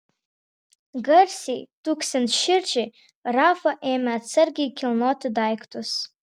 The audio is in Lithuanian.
garsiai tuksint širdžiai rafa ėmė atsargiai kilnoti daiktus